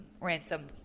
ransom